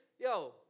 Yo